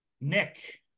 Nick